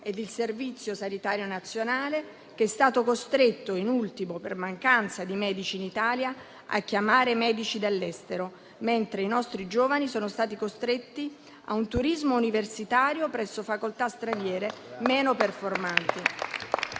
e il Servizio sanitario nazionale, che è stato costretto in ultimo, per mancanza di medici in Italia, a chiamare medici dall'estero, mentre i nostri giovani sono stati costretti al turismo universitario presso facoltà straniere meno performanti.